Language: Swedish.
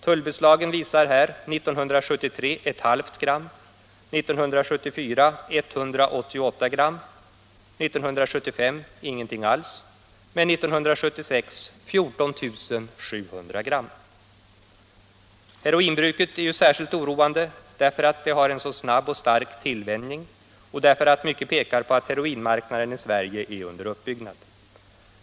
1973 beslagtog tullen ett halvt gram, 1974 var det 188 gram, 1975 ingenting alls men 1976 var det 14 700 gram. Heroinbruket är ju särskilt oroande därför att tillvänjningen till heroin är både snabb och stark och därför att mycket pekar på att heroinmarknaden i Sverige är under uppbyggnad.